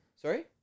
Sorry